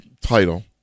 title